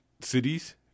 cities